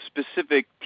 specific